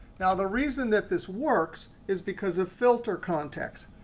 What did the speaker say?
now, the reason that this works is because of filter contexts.